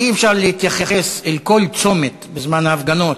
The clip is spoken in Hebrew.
אי-אפשר להתייחס אל כל צומת, בזמן ההפגנות,